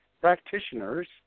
practitioners